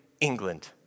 England